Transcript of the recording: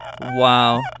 Wow